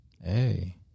Hey